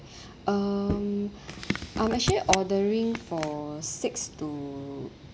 um I'm actually ordering for six to